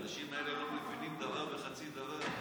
האנשים האלה לא מבינים דבר וחצי דבר.